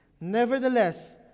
Nevertheless